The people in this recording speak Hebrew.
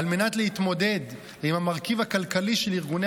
על מנת להתמודד עם המרכיב הכלכלי של ארגוני